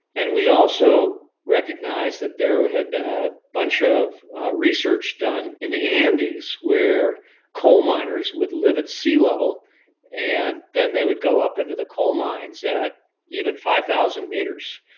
and we also recognized that there had been a bunch of research done in the andes where coal miners would live at sea level and then they would go up into the coal mines at even five thousand meters.